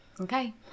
Okay